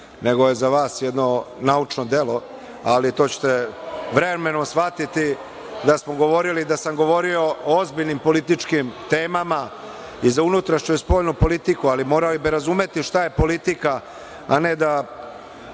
nego je za vas jedno naučno delo, ali to ćete vremenom shvatiti da smo govorili, da sam govorio o ozbiljnim političkim temama i za unutrašnju i za spoljnu politiku, ali morali bi razumeti šta je politika, a ne da